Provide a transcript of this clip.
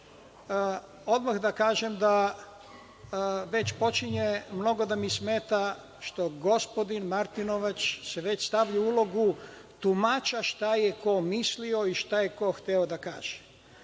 da kažem da već počinje mnogo da mi smeta što gospodin Martinović se već stavlja u ulogu tumača šta je ko mislio i šta je ko hteo da kaže.